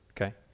okay